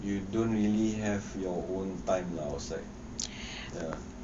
you don't really have your own time lah outside ya